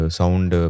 sound